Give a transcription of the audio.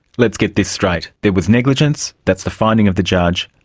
let's get this straight. there was negligence, that's the finding of the judge,